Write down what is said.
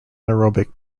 anaerobic